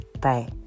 Bye